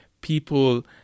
people